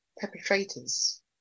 perpetrators